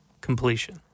Completion